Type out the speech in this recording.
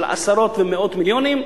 של עשרות ומאות מיליונים,